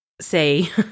say